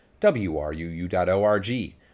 WRUU.org